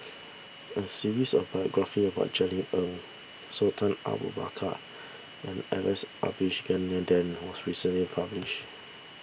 a series of biographies about Jerry Ng Sultan Abu Bakar and Alex Abisheganaden was recently published